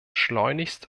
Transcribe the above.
schleunigst